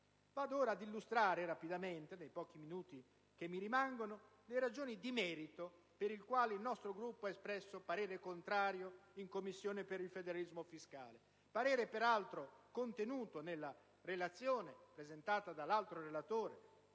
Vado ora ad illustrare rapidamente, nei pochi minuti che mi rimangono, le ragioni di merito per le quali il nostro Gruppo ha espresso parere contrario nella Commissione per il federalismo fiscale, parere peraltro contenuto nella relazione presentata dall'altro relatore,